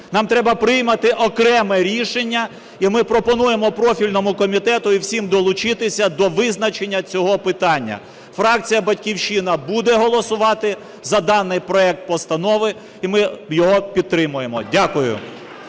нам треба прийняти окреме рішення. І ми пропонуємо профільному комітету і всім долучитися до визначення цього питання. Фракція "Батьківщина" буде голосувати за даний проект постанови, і ми його підтримуємо. Дякую.